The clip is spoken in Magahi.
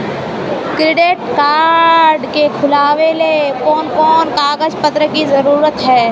क्रेडिट कार्ड के खुलावेले कोन कोन कागज पत्र की जरूरत है?